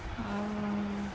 ଆଉ